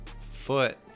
foot